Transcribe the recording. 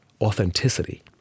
authenticity